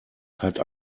hat